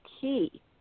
key